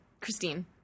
Christine